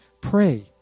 pray